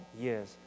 years